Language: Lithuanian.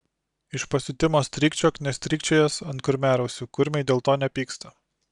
iš pasiutimo strykčiok nestrykčiojęs ant kurmiarausių kurmiai dėl to nepyksta